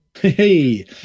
Hey